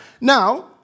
Now